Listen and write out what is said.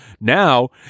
Now